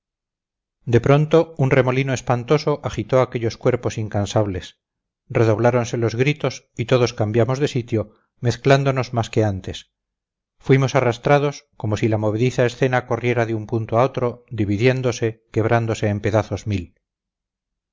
de pronto un remolino espantoso agitó aquellos cuerpos incansables redobláronse los gritos y todos cambiamos de sitio mezclándonos más que antes fuimos arrastrados como si la movediza escena corriera de un punto a otro dividiéndose quebrándose en pedazos mil